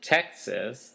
Texas